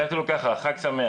כתבתי לו ככה: חג שמח.